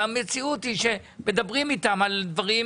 והמציאות היא שמדברים איתם על דברים